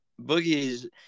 boogie's